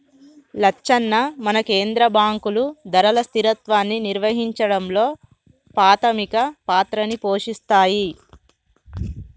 లచ్చన్న మన కేంద్ర బాంకులు ధరల స్థిరత్వాన్ని నిర్వహించడంలో పాధమిక పాత్రని పోషిస్తాయి